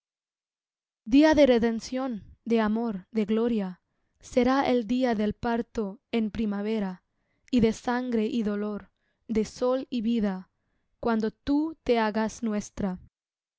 día de redención de amor de gloria será el día del parto en primavera y de sangre y dolor de sol y vida cuando tú te hagas nuestra